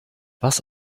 was